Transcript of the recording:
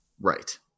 Right